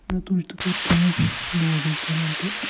مےٚ تُج تہٕ کٔر کٲم لوگ اَسہِ گِنٛدُن تہٕ